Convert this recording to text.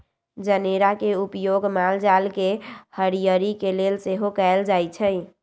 जनेरा के उपयोग माल जाल के हरियरी के लेल सेहो कएल जाइ छइ